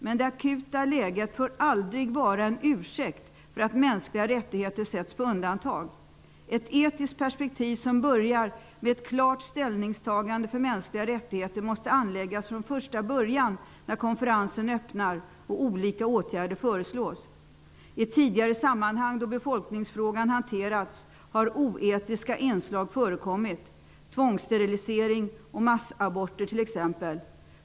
Men det akuta läget får aldrig vara en ursäkt för att mänskliga rättigheter sätts på undantag. Ett etiskt perspektiv, som börjar med ett klart ställningstagande för mänskliga rättigheter, måste anläggas från första början när konferensen öppnar och olika åtgärder föreslås. I tidigare sammanhang då befolkningsfrågan hanterats har oetiska inslag förekommit, t.ex. tvångssterilisering och massaborter.